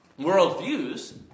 worldviews